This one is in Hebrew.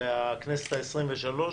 בכנסת העשרים-ושלוש